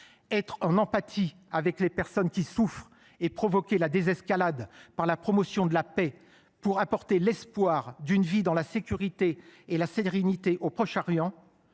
Être en empathie avec les personnes qui souffrent et provoquer la désescalade par la promotion de la paix, pour apporter l’espoir d’une vie dans la sécurité et la sérénité au Proche Orient,